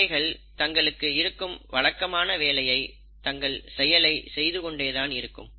அவைகள் தங்களுக்கு இருக்கும் வழக்கமான வேலையை தங்கள் செயலை செய்து கொண்டேதான் இருக்கும்